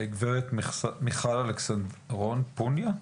גברת מיכל אלכסנדרון פוניה,